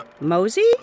Mosey